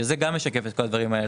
שזה גם משקף את כל הדברים האלה.